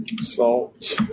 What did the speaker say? Salt